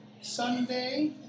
Sunday